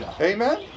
Amen